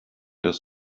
das